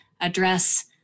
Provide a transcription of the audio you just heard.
address